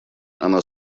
она